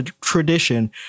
tradition